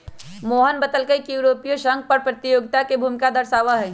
मोहन बतलकई कि यूरोपीय संघो कर प्रतियोगिता के भूमिका दर्शावाई छई